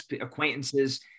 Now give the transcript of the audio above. acquaintances